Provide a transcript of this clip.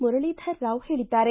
ಮುರಳೀಧರ ರಾವ್ ಹೇಳಿದ್ದಾರೆ